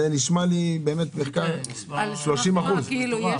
זה נשמע מטורף.